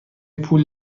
پول